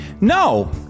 No